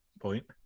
point